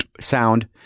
sound